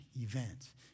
event